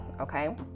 okay